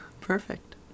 Perfect